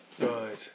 Right